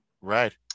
Right